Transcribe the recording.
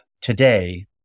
today